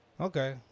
Okay